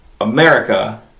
America